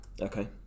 Okay